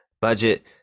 Budget